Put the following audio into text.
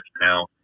now